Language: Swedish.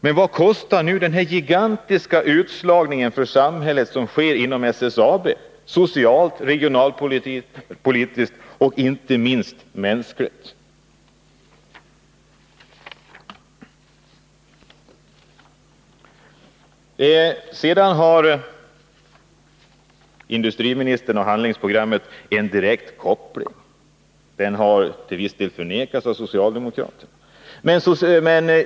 Men vad kostar det för samhället med den gigantiska utslagning som sker inom SSAB - socialt, regionalpolitiskt och inte minst mänskligt? Det finns vidare en direkt koppling mellan industriministern och handlingsprogrammet, även om denna till viss del har förnekats av socialdemokraterna.